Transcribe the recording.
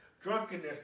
drunkenness